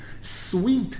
Sweet